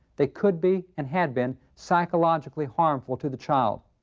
they could be and. had been psychologically harmful to the child.